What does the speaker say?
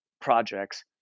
projects